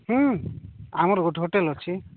ଆମର ଗୋଟେ ହୋଟେଲ୍ ଅଛି